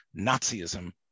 Nazism